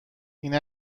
این